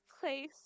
place